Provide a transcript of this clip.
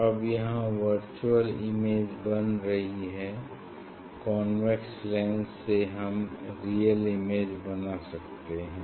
अब यहाँ virtual image बन रही हैं कॉन्वेक्स लेंस से हम रियल इमेज बना सकते हैं